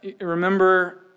Remember